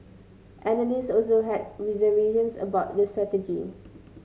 analysts also had reservations about the strategy